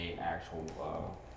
actual